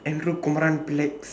andrew kumaran pillai